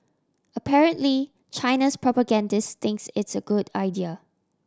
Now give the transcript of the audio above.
apparently China's propagandists think it's a good idea